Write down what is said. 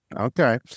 okay